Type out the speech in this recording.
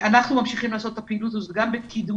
אנחנו ממשיכים לעשות את הפעילות הזאת גם במודעות